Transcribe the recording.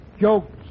Jokes